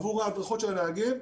עבור ההדרכות של הנהגים,